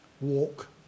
walk